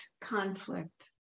conflict